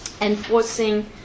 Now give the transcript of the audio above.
enforcing